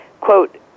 quote